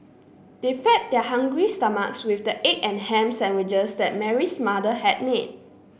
they fed their hungry stomachs with the egg and ham sandwiches that Mary's mother had made